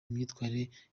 imyitwarire